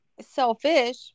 Selfish